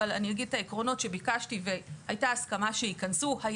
אבל אני אגיד את העקרונות שביקשתי והייתה הסכמה שייכנסו היה